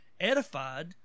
edified